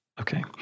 Okay